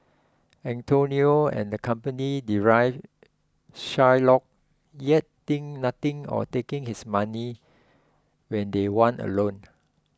Antonio and the company deride Shylock yet think nothing of taking his money when they want a loan